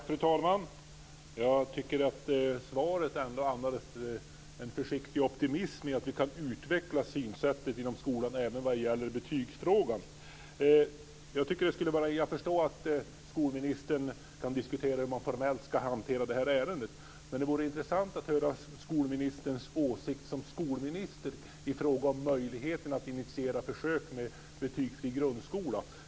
Fru talman! Jag tycker att svaret ändå andades en försiktig optimism om att vi kan utveckla synsättet inom skolan även när det gäller betygen. Jag förstår att skolministern inte kan diskutera hur man formellt ska hantera detta ärende. Men det vore intressant att höra skolministerns åsikt som skolminister i fråga om möjligheten att initiera försök med en betygsfri grundskola.